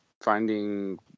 finding